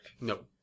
No